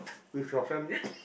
with your family